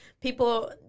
people